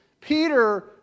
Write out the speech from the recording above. Peter